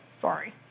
sorry